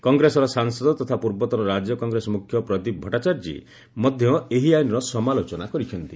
କଟ୍ରେସର ସାଂସଦ ତଥା ପୂର୍ବତନ ରାଜ୍ୟ କଂଗ୍ରେସ ମୁଖ୍ୟ ପ୍ରଦୀପ ଭଟ୍ଟାଚାର୍ଜୀ ମଧ୍ୟ ଏହି ଆଇନର ସମାଲୋଚନା କରିଛନ୍ତି